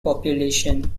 population